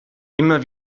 immer